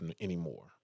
anymore